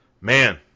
man